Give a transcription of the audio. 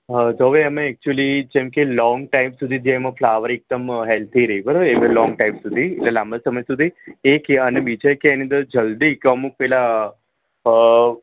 હા તો હવે અમે ઍક્ચ્યુલી જેમ કે લૉંગ ટાઈમ સુધી જેમ ફ્લાવર એકદમ હૅલ્થી રહે બરાબર એ લૉંગ ટાઈમ સુધી લાંબા સમય સુધી એક એ આવે અને બીજા એક એની અંદર જલ્દી કે અમુક પેલા અ